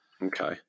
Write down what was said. Okay